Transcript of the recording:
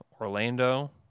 Orlando